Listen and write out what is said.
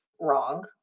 wrong